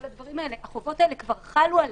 הדברים האלה החובות האלה כבר חלו אליהם.